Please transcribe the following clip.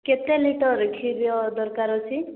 କେତେ ଲିଟର କ୍ଷୀର ଦରକାର ଅଛି